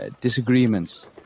Disagreements